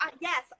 yes